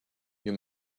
you